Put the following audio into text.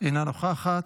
אינה נוכחת,